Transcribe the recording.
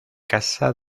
casa